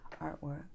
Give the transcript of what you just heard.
artwork